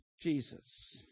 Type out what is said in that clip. Jesus